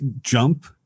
jump